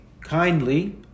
kindly